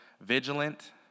vigilant